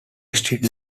street